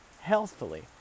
Healthfully